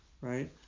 right